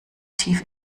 tief